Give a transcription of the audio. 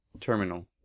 Terminal